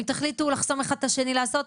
אם תחליטו לחסום אחד את השני לעשות,